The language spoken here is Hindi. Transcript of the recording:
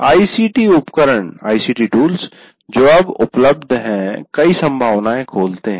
आईसीटी उपकरण जो अब उपलब्ध हैं कई संभावनाएं खोलते हैं